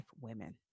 women